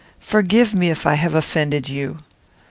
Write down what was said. forgive me if i have offended you.